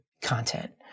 content